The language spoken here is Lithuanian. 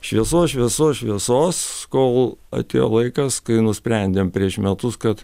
šviesos šviesos šviesos kol atėjo laikas kai nusprendėm prieš metus kad